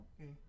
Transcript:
okay